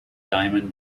diamond